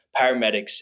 paramedics